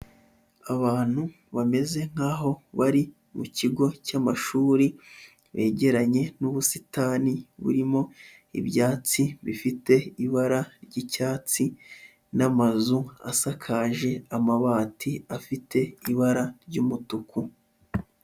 Abantu bameze nkaho bari mu kigo cy'amashuri, begeranye n'ubusitani burimo ibyatsi bifite ibara ry'icyatsi n'amazu asakaje amabati afite ibara ry'umutuku.